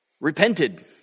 repented